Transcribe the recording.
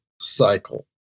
cycle